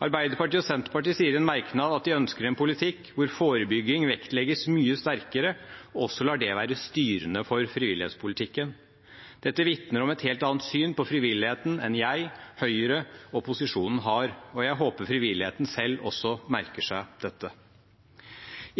Arbeiderpartiet og Senterpartiet sier i en merknad at de ønsker en politikk hvor forebygging vektlegges mye sterkere, og også lar det være styrende for frivillighetspolitikken. Dette vitner om et helt annet syn på frivilligheten enn jeg, Høyre og posisjonen har, og jeg håper frivilligheten selv også merker seg dette.